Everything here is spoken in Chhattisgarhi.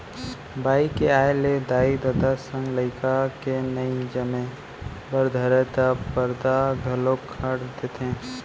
बाई के आय ले दाई ददा संग लइका के नइ जमे बर धरय त परदा घलौक खंड़ देथे